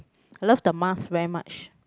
I love the mask very much